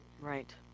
Right